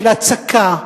של הצקה,